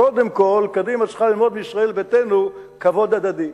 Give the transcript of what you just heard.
קודם כול קדימה צריכה ללמוד מישראל ביתנו כבוד הדדי.